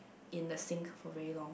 in the sink for very long